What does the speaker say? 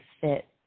fit